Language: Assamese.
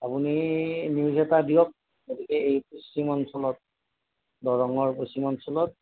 আপুনি নিউজ এটা দিয়ক গতিকে এই পশ্চিম অঞ্চলত দৰঙৰ পশ্চিম অঞ্চলত